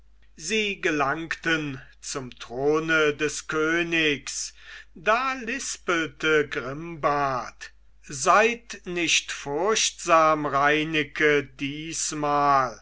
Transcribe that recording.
sie gelangten zum throne des königs da lispelte grimbart seid nicht furchtsam reineke diesmal